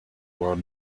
world